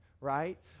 right